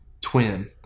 twin